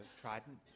Trident